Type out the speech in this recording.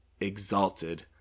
exalted